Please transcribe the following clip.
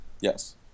Yes